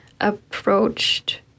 approached